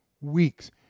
weeks